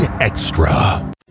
Extra